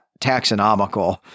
taxonomical